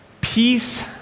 Peace